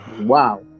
Wow